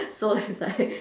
so it's like